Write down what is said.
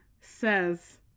says